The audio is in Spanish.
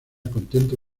contento